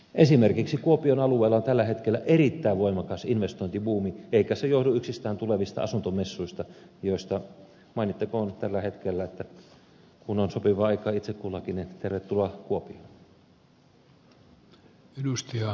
esimerkiksi kuopion alueella on tällä hetkellä erittäin voimakas investointibuumi eikä se johdu yksistään tulevista asuntomessuista joista mainittakoon tällä hetkellä että kun on sopiva aika itse kullakin tervetuloa kuopioon